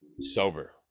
sober